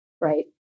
right